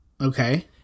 Okay